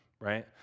right